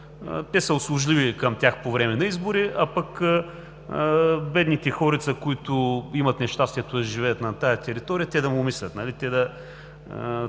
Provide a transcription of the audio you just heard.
те са услужливи към тях по време на избори, а пък бедните хорица, които имат нещастието да живеят на тази територия, те да му мислят,